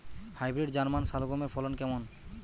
Hybrid German শালগম এর ফলন কেমন?